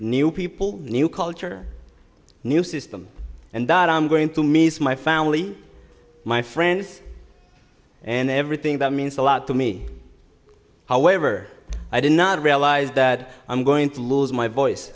new people new culture new system and that i'm going to miss my family my friends and everything that means a lot to me however i did not realize that i'm going to lose my voice